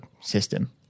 system